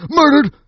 murdered